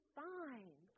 fine